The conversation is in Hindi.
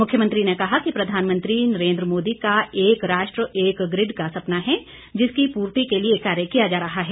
मुख्यमंत्री ने कहा कि प्रधानमंत्री नरेंद्र मोदी का एक राष्ट्र एक ग्रिड का सपना है जिसकी पूर्ति के लिए कार्य किया जा रहा है